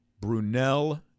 Brunel